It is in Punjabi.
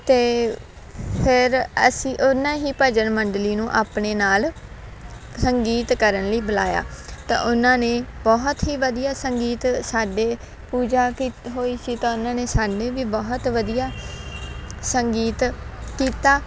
ਅਤੇ ਫਿਰ ਅਸੀਂ ਉਨਾਂ ਹੀ ਭਜਨ ਮੰਡਲੀ ਨੂੰ ਆਪਣੇ ਨਾਲ ਸੰਗੀਤ ਕਰਨ ਲਈ ਬੁਲਾਇਆ ਤਾਂ ਉਹਨਾਂ ਨੇ ਬਹੁਤ ਹੀ ਵਧੀਆ ਸੰਗੀਤ ਸਾਡੇ ਪੂਜਾ ਕੀਤ ਹੋਈ ਸੀ ਤਾਂ ਉਹਨਾਂ ਨੇ ਸਾਡੇ ਵੀ ਬਹੁਤ ਵਧੀਆ ਸੰਗੀਤ ਕੀਤਾ